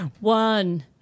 One